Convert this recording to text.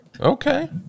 Okay